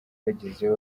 bagezeyo